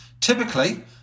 Typically